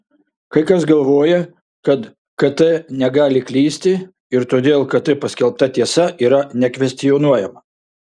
kai kas galvoja kad kt negali klysti ir todėl kt paskelbta tiesa yra nekvestionuojama